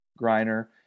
Griner